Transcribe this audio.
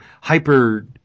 Hyper